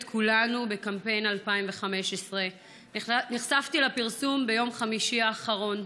כולנו בקמפיין 2015. נחשפתי לפרסום ביום חמישי האחרון.